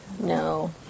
No